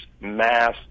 mass